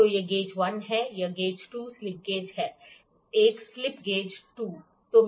तो यह गेज 1 है यह गेज 2 स्लिप गेज है 1 स्लिप गेज 2